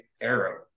arrow